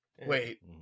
Wait